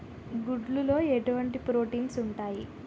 గుడ్లు లో ఎటువంటి ప్రోటీన్స్ ఉంటాయి?